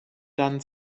dann